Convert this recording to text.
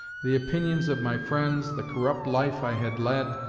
the opinions of my friends, the corrupt life i had led,